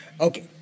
Okay